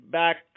back